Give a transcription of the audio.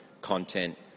content